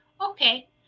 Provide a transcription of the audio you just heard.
okay